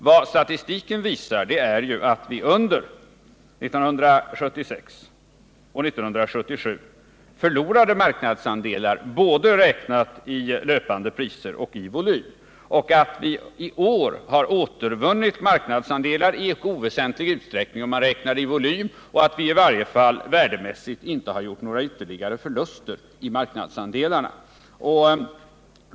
Vad statistiken visar är ju att vi under 1976 och 1977 förlorade marknadsandelar, räknat både i löpande priser och i volym, att vi i år har återvunnit marknadsandelar i mycket väsentlig utsträckning om man räknar i volym och att vi i varje fall värdemässigt inte har gjort några ytterligare förluster i marknadsandelarna.